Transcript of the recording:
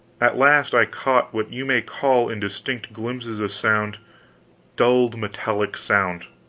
at last i caught what you may call in distinct glimpses of sound dulled metallic sound.